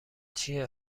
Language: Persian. چیه